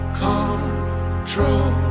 control